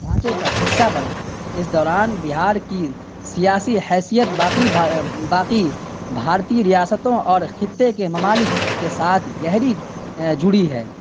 ڈھانچے کا حصہ بنا اس دوران بہار کی سیاسی حیثیت باقی باقی بھارتی ریاستوں اور خطے کے ممالک کے ساتھ گہری جڑی ہے